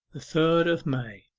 the third of may